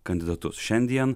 kandidatus šiandien